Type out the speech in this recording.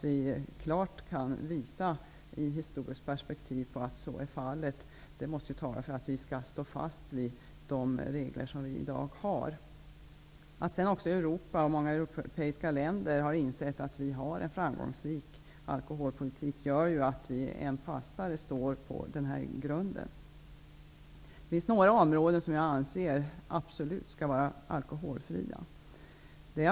Vi kan i historiskt perspektiv klart visa på att så är fallet. Det måste tala för att vi skall stå fast vid de regler som vi i dag har. Att sedan också många europeiska länder har insett att vi har en framgångsrik alkoholpolitik gör ju att vi står än fastare på denna grund. Det finns några områden som jag anser skall vara absolut alkoholfria.